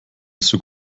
zug